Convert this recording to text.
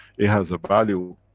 it has a value